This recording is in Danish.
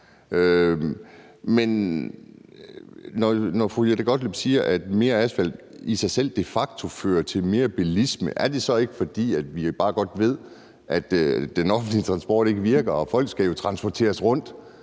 Men når fru Jette Gottlieb siger, at mere asfalt i sig selv de facto vil føre til mere bilisme, er det så ikke bare, fordi vi godt ved, at den offentlige transport ikke virker? Og folk skal jo transporteres rundt,